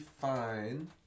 fine